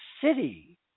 city